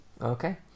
okay